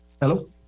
Hello